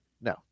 No